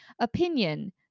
Opinion